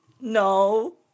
No